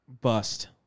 bust